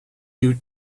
you